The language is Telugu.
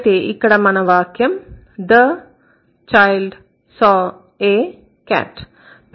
అయితే ఇక్కడ మన వాక్యం the child saw a cat